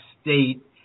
state